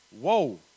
Whoa